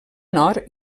nord